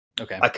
Okay